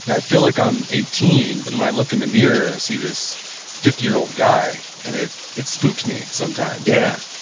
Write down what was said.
and i feel like i'm eighteen, but when i look in the mirror i see this fifty year old guy. and it it spooks me yeah.